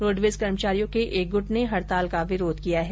roadways कर्मचारियों के एक गुट ने हड़ताल का विरोध किया है